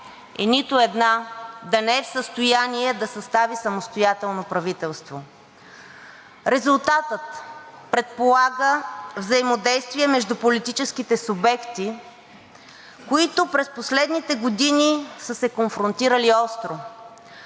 и нито една да не е в състояние да състави самостоятелно правителство. Резултатът предполага взаимодействие между политическите субекти, които през последните години са се конфронтирали остро,